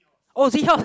oh seahorse